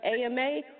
AMA